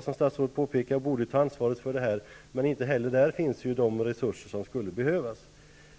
Som statsrådet påpekade borde ryssarna själva ta sitt ansvar, men inte heller där finns de resurser som skulle behövas.